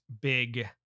big